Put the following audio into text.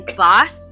boss